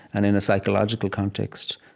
and in a psychological context,